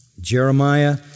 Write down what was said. Jeremiah